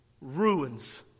Ruins